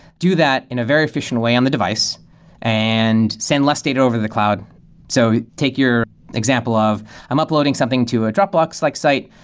do that in a very efficient way on the device and send less state over the cloud so take your example of i'm uploading something to a dropbox-like site.